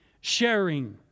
Sharing